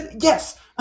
yes